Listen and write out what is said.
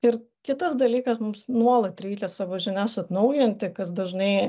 ir kitas dalykas mums nuolat realias savo žinias atnaujinti kas dažnai